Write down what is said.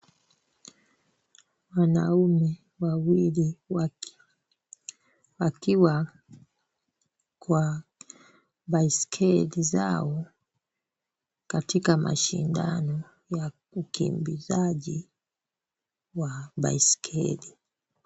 Wanaume wawili wakiwa kwa baiskeli zao katika mashindano ya ukimbizaji wa baiskeli.